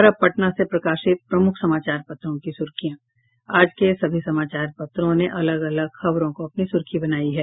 और अब पटना से प्रकाशित प्रमुख समाचार पत्रों की सुर्खियां आज के सभी समाचार पत्रों ने अलग अलग खबरों को अपनी सुर्खी बनायी है